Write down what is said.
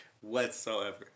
Whatsoever